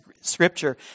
scripture